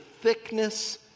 thickness